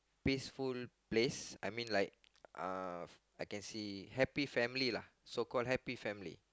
peaceful places I mean like uh happy family lah so call happy family